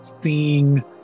seeing